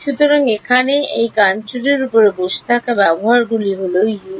সুতরাং এখানে এই কনট্যুরের উপর বসে থাকা ব্যবহারগুলি হল ইউ 1 ইউ 15 ইউ 25